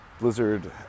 Blizzard